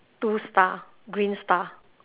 two star green star